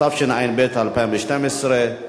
התשע"ב 2012,